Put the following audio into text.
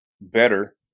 better